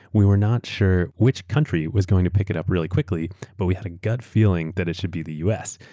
we were not sure which country was going to pick it up really quickly but we had a gut feeling that it should be the us,